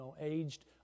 aged